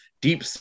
deep